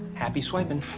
happy swipin'.